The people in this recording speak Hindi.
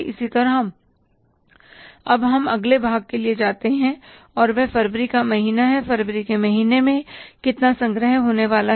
इसी तरह अब हम अगले भाग के लिए जाते हैं और वह फरवरी का महीना है फरवरी के महीने में कितना संग्रह होने वाला है